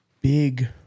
big